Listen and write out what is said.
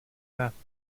bathtub